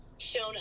shown